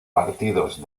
partidos